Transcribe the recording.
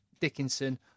Dickinson